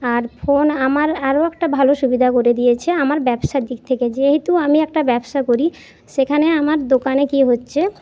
আর phone আমার আরো একটা ভালো সুবিধা করে দিয়েছে আমার ব্যবসার দিক থেকে যেহেতু আমি একটা ব্যবসা করি সেখানে আমার দোকানে কী হচ্ছে